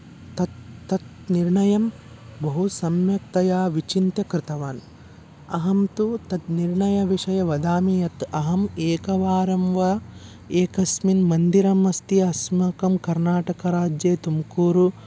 तत् तत् निर्णयं बहु सम्यक्तया विचिन्त्य कृतवान् अहं तु तत् निर्णयविषये वदामि यत् अहम् एकवारं वा एकस्मिन् मन्दिरमस्ति अस्माकं कर्नाटकराज्ये तुम्कूरु